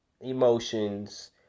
emotions